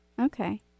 Okay